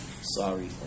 Sorry